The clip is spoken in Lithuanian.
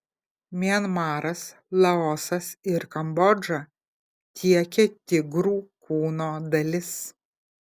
mianmaras laosas ir kambodža tiekia tigrų kūno dalis